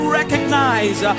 recognize